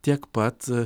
tiek pat